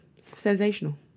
sensational